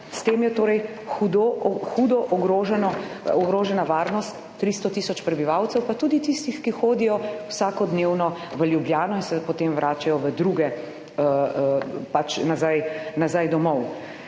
S tem je torej hudo, hudo ogroženo, ogrožena varnost 300 tisoč prebivalcev, pa tudi tistih, ki hodijo vsakodnevno v Ljubljano in se potem vračajo v druge, pač nazaj,